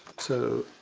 so,